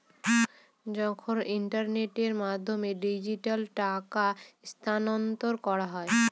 যখন ইন্টারনেটের মাধ্যমে ডিজিট্যালি টাকা স্থানান্তর করা হয়